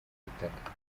butaka